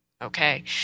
Okay